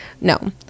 no